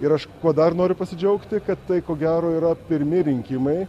ir aš kuo dar noriu pasidžiaugti kad tai ko gero yra pirmi rinkimai